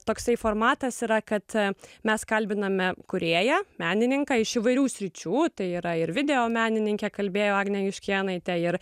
toksai formatas yra kad mes kalbiname kūrėją menininką iš įvairių sričių tai yra ir videomenininkė kalbėjo agnė juškėnaitė ir